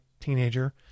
teenager